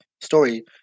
story